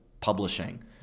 publishing